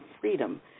freedom